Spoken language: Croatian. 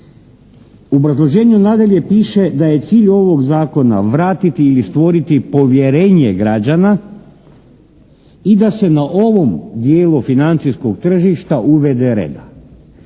U obrazloženju nadalje piše da je cilj ovoga zakona vratiti ili stvoriti povjerenje građana i da se na ovom dijelu financijskog tržišta uvede reda.